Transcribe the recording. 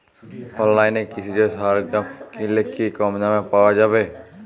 অনলাইনে কৃষিজ সরজ্ঞাম কিনলে কি কমদামে পাওয়া যাবে?